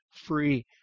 free